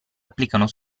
applicano